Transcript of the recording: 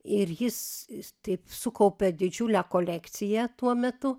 ir jis taip sukaupia didžiulę kolekciją tuo metu